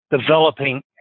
developing